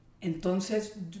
Entonces